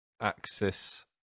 axis